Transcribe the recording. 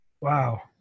Wow